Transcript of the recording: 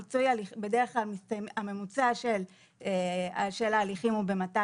בדרך כלל הממוצע של ההליכים הוא ב-200